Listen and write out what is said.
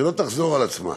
שלא תחזור על עצמה.